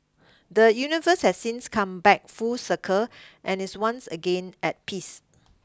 the universe has since come back full circle and is once again at peace